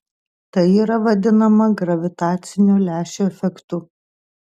tai yra vadinama gravitacinio lęšio efektu